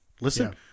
Listen